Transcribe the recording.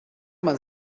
man